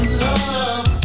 love